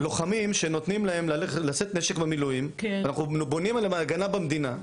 לוחמים שנותנים להם לשאת נשק במילואים ואנחנו בונים עליהם להגנה במדינה.